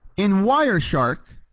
in wire shark.